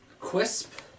Quisp